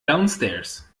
downstairs